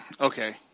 okay